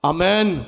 Amen